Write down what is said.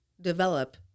develop